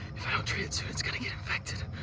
treated soon, it's gonna get infected.